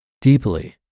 Deeply